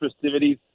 festivities